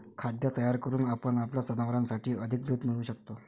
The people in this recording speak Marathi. खाद्य तयार करून आपण आपल्या जनावरांसाठी अधिक दूध मिळवू शकतो